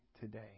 today